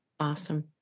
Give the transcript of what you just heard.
awesome